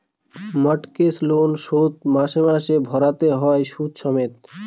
mortgage loan শোধ মাসে মাসে ভারতে হয় সুদ সমেত